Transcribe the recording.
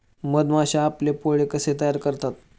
मधमाश्या आपले पोळे कसे तयार करतात?